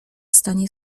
stanie